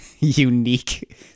Unique